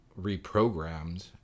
reprogrammed